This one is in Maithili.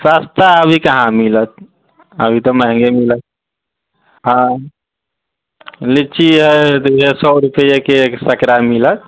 सस्ता अभी कहाँ मिलत अभी तऽ महगे मिलत हँ लीची हइ सए रुपिआके एक सैकड़ा मिलत